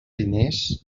diners